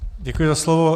Děkuji za slovo.